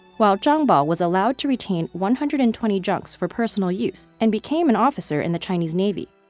while zhang bao was allowed to retain one hundred and twenty junks for personal use and became an officer in the chinese navy.